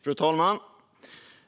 Fru talman!